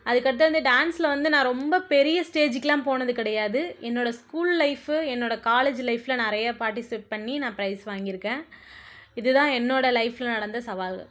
அதுக்கடுத்தது வந்து டான்ஸில் வந்து நான் ரொம்ப பெரிய ஸ்டேஜுக்குலாம் போனது கிடையாது என்னோடய ஸ்கூல் லைஃப்பு என்னோடய காலேஜ் லைஃபில் நிறைய பார்ட்டிசிப்பேட் பண்ணி நான் ப்ரைஸ் வாங்கிருக்கேன் இதுதான் லைஃப்பில் என்னோடு நடந்த சவால்கள்